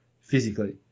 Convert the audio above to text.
physically